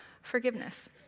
forgiveness